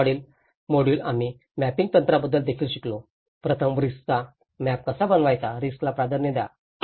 दुसरे मॉड्यूल आम्ही मॅपिंग तंत्राबद्दल देखील शिकलो प्रथम रिस्क चा मॅप कसा बनवायचा रिस्क ला प्राधान्य द्या